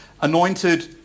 anointed